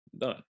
done